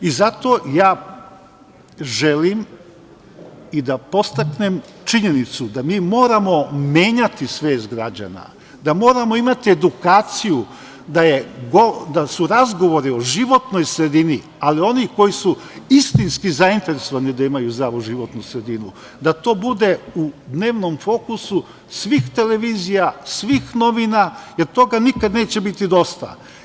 I zato ja želim i da podstaknem činjenicu da mi moramo menjati svest građana, da moramo imati edukaciju, da su razgovori o životnoj sredini, ali oni koji su istinski zainteresovani da imaju zdravu životnu sredinu, da to bude u dnevnom fokusu svih televizija, svih novina, jer toga nikada neće biti dosta.